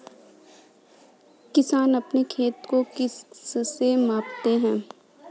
किसान अपने खेत को किससे मापते हैं?